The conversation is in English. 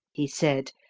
he said,